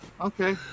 Okay